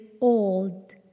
old